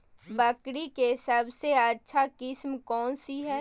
बकरी के सबसे अच्छा किस्म कौन सी है?